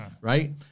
right